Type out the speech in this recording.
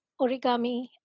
origami